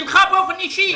שלך באופן אישי,